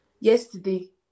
Yesterday